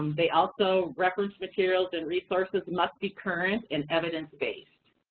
they also reference materials and resources must be current and evidence-based.